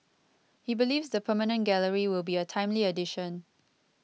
he believes the permanent gallery will be a timely addition